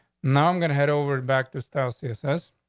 now i'm gonna head over back to style, css.